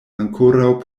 ankoraŭ